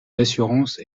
d’assurance